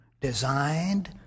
designed